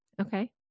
Okay